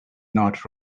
not